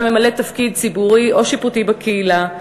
האישה ממלאת תפקיד ציבורי או שיפוטי בקהילה,